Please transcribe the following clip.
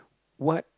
what